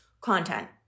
Content